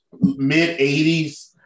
mid-80s